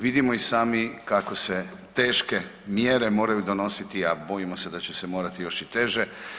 Vidimo i sami kako se teške mjere moraju donositi, a bojimo se da će se morati još i teže.